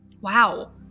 wow